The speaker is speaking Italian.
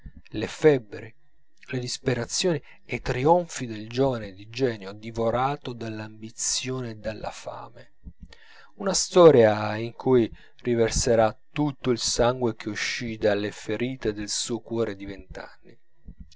le febbri le disperazioni e i trionfi del giovane di genio divorato dall'ambizione e dalla fame una storia in cui riverserà tutto il sangue che uscì dalle ferite del suo cuore